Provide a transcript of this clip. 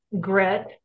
grit